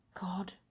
God